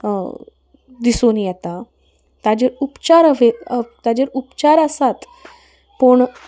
दिसून येता ताजेर उपचार ताचेर उपचार आसात पूण